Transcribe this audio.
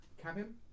cabin